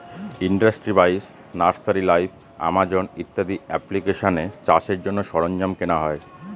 industry বাইশ, nursery live, Amazon ইত্যাদি এপ্লিকেশানে চাষের জন্য সরঞ্জাম কেনা হয়